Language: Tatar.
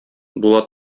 була